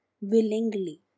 willingly